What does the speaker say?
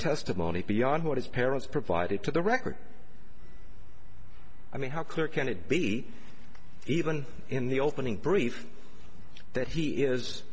testimony beyond what his parents provided to the record i mean how clear can it be even in the opening brief that he is